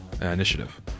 Initiative